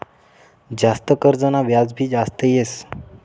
जास्त कर्जना व्याज भी जास्त येस